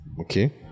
Okay